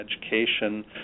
education